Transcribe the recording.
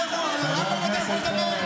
תתבייש לך.